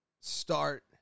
start